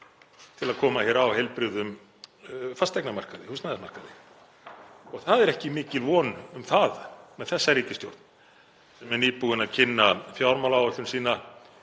til að koma hér á heilbrigðum fasteignamarkaði, húsnæðismarkaði. Það er ekki mikil von um það með þessa ríkisstjórn sem er nýbúin að kynna fjármálaáætlun sína